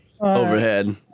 overhead